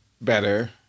better